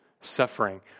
suffering